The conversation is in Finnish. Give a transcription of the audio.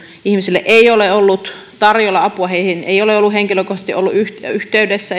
ihmisille ei ole ollut tarjolla apua työttömiin ei ole oltu henkilökohtaisesti yhteydessä